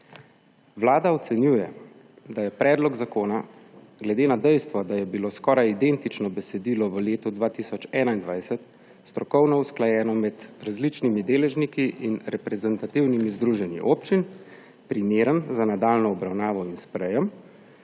Vlada ocenjuje, da je predlog zakona glede na dejstvo, da je bilo skoraj identično besedilo v letu 2021 strokovno usklajeno med različnimi deležniki in reprezentativnimi združenji občin, primeren za nadaljnjo obravnavo in sprejetje,